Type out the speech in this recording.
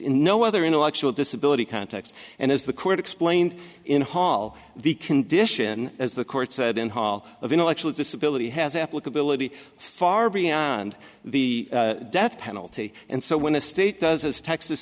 no other intellectual disability context and as the court explained in hall the condition as the court said in hall of intellectual disability has applicability far beyond the death penalty and so when a state does as texas